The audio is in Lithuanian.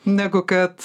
negu kad